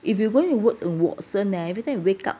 if you go and work at watsons eh every time you wake up